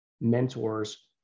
mentor's